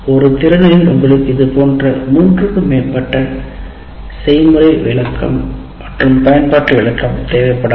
ஒரு திறனில் உங்களுக்கு இதுபோன்ற 3 க்கும் மேற்பட்ட செய்முறை விளக்கம் மற்றும் பயன்பாட்டு விளக்கம் தேவைப்படாது